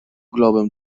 globem